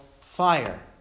fire